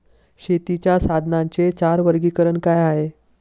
शेतीच्या साधनांचे चार वर्गीकरण काय आहे?